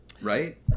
right